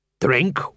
Drink